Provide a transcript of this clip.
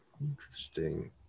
Interesting